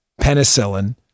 penicillin